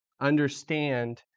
understand